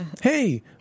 Hey